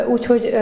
Úgyhogy